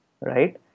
right